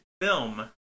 film